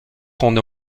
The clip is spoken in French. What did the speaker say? quand